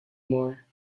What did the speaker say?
more